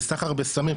זה סחר בסמים,